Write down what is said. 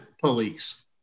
police